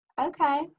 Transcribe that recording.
Okay